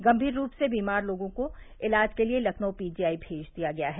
गम्मीर रूप से बीमार लोगों को इलाज के लिये लखनऊ पीजीआई भेज दिया गया है